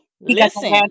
listen